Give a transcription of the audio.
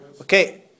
Okay